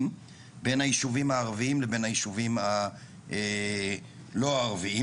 בין היישובים הערביים לבין היישובים הלא ערביים.